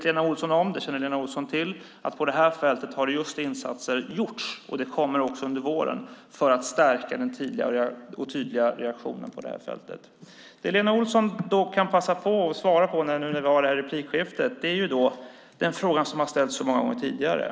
Lena Olsson vet att insatser har gjorts just på detta fält och att det kommer mer under våren för att stärka de tidiga och tydliga reaktionerna på detta fält. Det som Lena Olsson kan passa på att svara på när vi nu har detta replikskifte är den fråga som har ställts så många gånger tidigare.